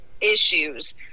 issues